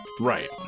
Right